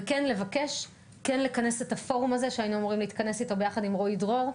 וכן לכנס את הפורום הזה שהיינו אמורים להתכנס בו ביחד עם רועי דרור,